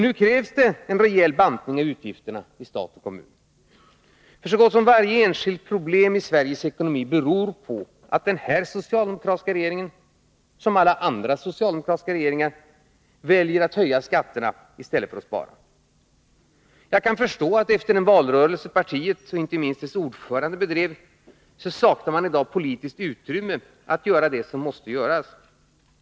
Nu krävs det en ordentlig bantning av utgifterna i stat och kommun, eftersom så gott som varje enskilt problem i Sveriges ekonomi beror på att den här socialdemokratiska regeringen, liksom alla andra socialdemokratiska regeringar, väljer att höja skatterna i stället för att spara. Jag kan förstå att efter den valrörelse som partiet, och inte minst dess ordförande, bedrev saknar man i dag politiskt utrymme för att göra det som måste göras.